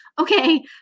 okay